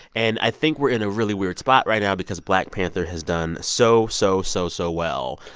and i think we're in a really weird spot right now because black panther has done so, so, so, so well.